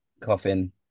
coffin